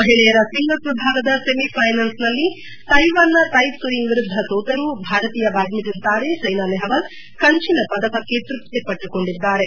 ಮಹಿಳೆಯರ ಸಿಂಗಲ್ಸ್ ವಿಭಾಗದ ಸೆಮಿಫೈನಲ್ನಲ್ಲಿ ಕೈವಾನ್ನ ಕೈ ತ್ಲುಯಿಂಗ್ ವಿರುದ್ಧ ಸೋತರೂ ಭಾರತದ ಬ್ಯಾಡ್ಮಿಂಟನ್ ತಾರೆ ಸೈನಾ ಸೆಹ್ವಾಲ್ ಕಂಚಿನ ಪದಕಕ್ಕೆ ತೃಪ್ತಿಪಟ್ಟುಕೊಂಡಿದ್ದಾರೆ